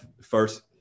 first